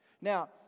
Now